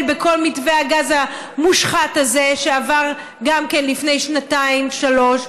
בכל מתווה הגז המושחת הזה שעבר לפני שנתיים-שלוש.